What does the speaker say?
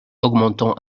augmentant